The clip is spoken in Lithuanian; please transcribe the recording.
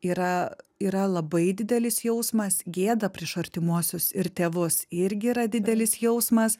yra yra labai didelis jausmas gėda prieš artimuosius ir tėvus irgi yra didelis jausmas